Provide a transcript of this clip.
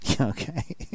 okay